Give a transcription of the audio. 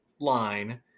line